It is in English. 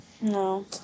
No